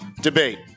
Debate